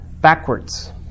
backwards